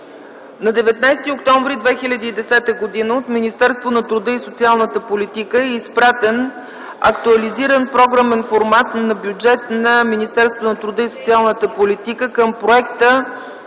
На 19 октомври 2010 г. от Министерството на труда и социалната политика е изпратен актуализиран програмен формат на бюджета на Министерството на труда и социалната политика към проекта